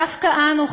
דווקא אנו,